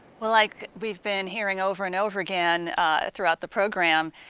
well like we've been hearing over and over again throughout the program,